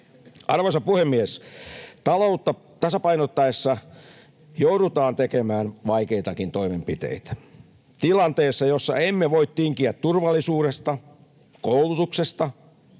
Arvoisa puhemies! Taloutta tasapainottaessa joudutaan tekemään vaikeitakin toimenpiteitä tilanteessa, jossa emme voi tinkiä turvallisuudesta, koulutuksesta